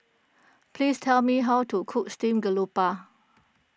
please tell me how to cook Steamed Grouper